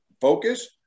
focus